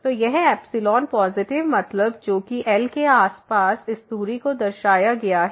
तो यह epsilon positive मतलब जो कि L के आस पास इस दूरी से दर्शाया गया है